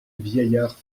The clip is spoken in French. vieillard